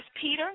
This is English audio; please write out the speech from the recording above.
Peter